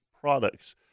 products